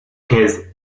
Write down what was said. case